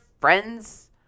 friends